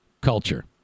culture